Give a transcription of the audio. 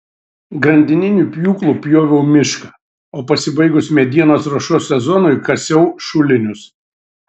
grandininiu pjūklu pjoviau mišką o pasibaigus medienos ruošos sezonui kasiau šulinius